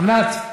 ענת.